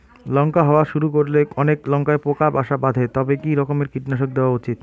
লঙ্কা হওয়া শুরু করলে অনেক লঙ্কায় পোকা বাসা বাঁধে তবে কি রকমের কীটনাশক দেওয়া উচিৎ?